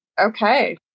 Okay